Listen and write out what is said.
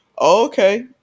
okay